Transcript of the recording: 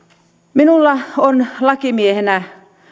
minulla on lakimiehenä